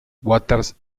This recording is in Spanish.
waters